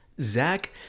Zach